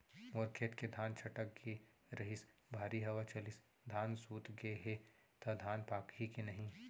मोर खेत के धान छटक गे रहीस, भारी हवा चलिस, धान सूत गे हे, त धान पाकही के नहीं?